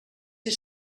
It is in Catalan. ser